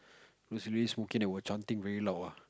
it's really smoky they were chanting very loud ah